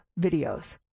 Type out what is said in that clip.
videos